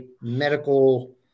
medical